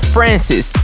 Francis